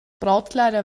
brautkleider